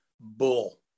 Bull